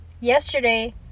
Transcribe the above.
Yesterday